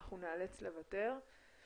נאלץ לוותר.